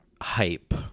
hype